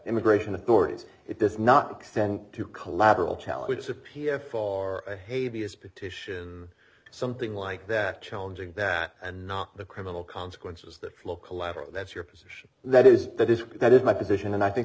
immigration authorities it does not extend to collateral challenge which of p s r a hades petition something like that challenging that and not the criminal consequences that flow calabro that's your position that is that is that is my position and i think